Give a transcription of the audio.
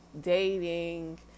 dating